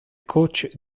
coach